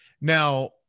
now